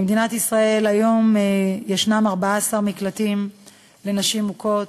במדינת ישראל היום יש 14 מקלטים לנשים מוכות.